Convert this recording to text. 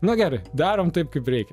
na gerai darom taip kaip reikia